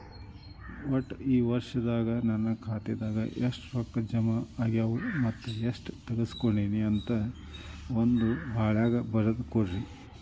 ಒಟ್ಟ ಈ ವರ್ಷದಾಗ ನನ್ನ ಖಾತೆದಾಗ ಎಷ್ಟ ರೊಕ್ಕ ಜಮಾ ಆಗ್ಯಾವ ಮತ್ತ ಎಷ್ಟ ತಗಸ್ಕೊಂಡೇನಿ ಅಂತ ಒಂದ್ ಹಾಳ್ಯಾಗ ಬರದ ಕೊಡ್ರಿ